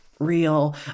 real